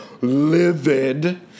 livid